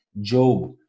Job